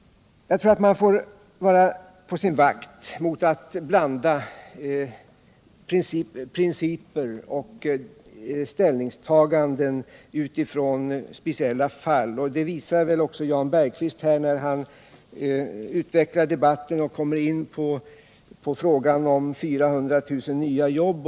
Jag tror att man får vara på sin vakt mot att blanda principer och ställningstaganden med utgångspunkt i speciella fall, och riktigheten av detta visar väl också Jan Bergqvist när han utvidgar debatten och kommer in på frågan om 400 000 nya jobb.